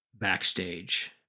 backstage